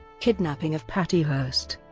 kidnapping of patty hearst